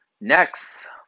Next